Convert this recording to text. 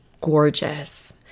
gorgeous